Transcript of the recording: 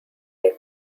day